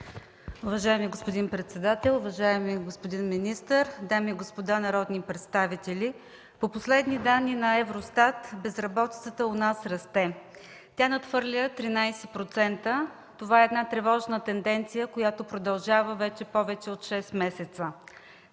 Уважаеми господин председател, уважаеми господин министър, дами и господа народни представители! По последни данни на Евростат, безработицата у нас расте. Тя надхвърля 13%. Това е една тревожна тенденция, която продължава вече повече от 6 месеца.